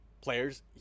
players